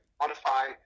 modify